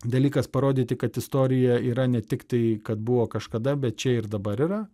dalykas parodyti kad istorija yra ne tik tai kad buvo kažkada bet čia ir dabar yra